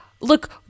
look